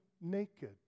naked